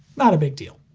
not a big deal.